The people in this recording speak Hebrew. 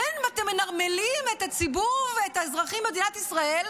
ואתם מנרמלים את זה לאזרחים במדינת ישראל,